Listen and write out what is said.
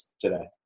today